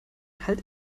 halt